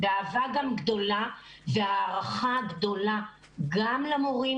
האהבה גדולה וההערכה גדולה גם למורים